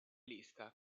lista